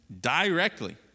directly